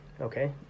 okay